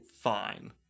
Fine